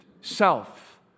Self